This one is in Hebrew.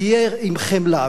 תהיה עם חמלה.